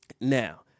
Now